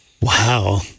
Wow